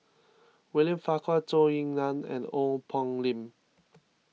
William Farquhar Zhou Ying Nan and Ong Poh Lim